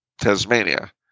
Tasmania